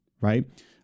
right